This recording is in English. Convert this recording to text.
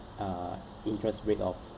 uh interest rate of